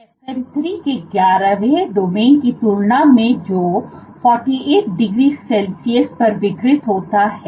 FN 3 के ग्यारहवें domain की तुलना में जो 48 डिग्री सेल्सियस पर विकृत होता है